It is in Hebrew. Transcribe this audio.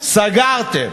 סגרתם,